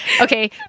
okay